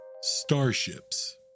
Starships